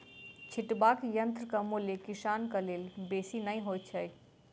छिटबाक यंत्रक मूल्य किसानक लेल बेसी नै होइत छै